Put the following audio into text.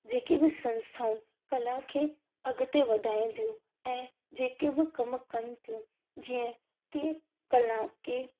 जेके बि संस्थाऊं कला खे अॻिते वधाईंदियूं ऐं जेके बि कमु कनि थियूं जीअं की कला खे